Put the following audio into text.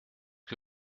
que